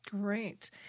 Great